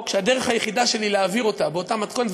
שהדרך היחידה שלי להעביר אותה באותה מתכונת,